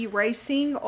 racing